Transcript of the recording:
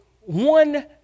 one